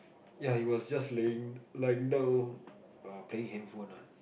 ya he was just laying lying down err playing handphone ah